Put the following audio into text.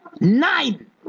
Nine